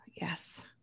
Yes